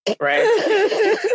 right